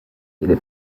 kiedy